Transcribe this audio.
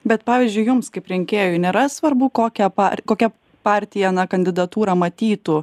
bet pavyzdžiui jums kaip rinkėjui nėra svarbu kokią par kokia partija na kandidatūrą matytų